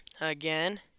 Again